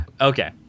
Okay